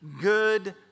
Good